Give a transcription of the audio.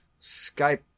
Skype